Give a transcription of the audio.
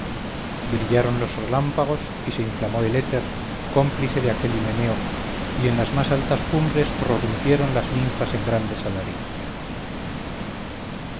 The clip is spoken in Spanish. brillaron los relámpagos y se inflamó el éter cómplice de aquel himeneo y en las más altas cumbres prorrumpieron las ninfas en grandes alaridos